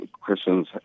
Christians